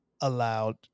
allowed